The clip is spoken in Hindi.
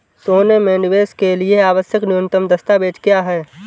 सोने में निवेश के लिए आवश्यक न्यूनतम दस्तावेज़ क्या हैं?